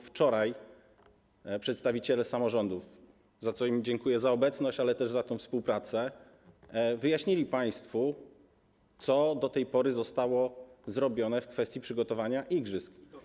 Wczoraj przedstawiciele samorządów - za co im dziękuję, za obecność, ale też za współpracę - wyjaśnili państwu, co do tej pory zostało zrobione w kwestii przygotowania igrzysk.